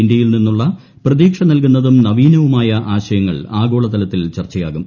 ഇന്ത്യയിൽ നിന്നുള്ള പ്രതീക്ഷ നൽകുന്നതും നവീനവുമായ ആശയങ്ങൾ ആഗോളതലത്തിൽ ചർച്ചയാകും